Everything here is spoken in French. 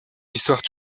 histoires